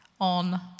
on